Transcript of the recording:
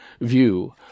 view